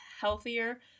healthier